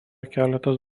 keletas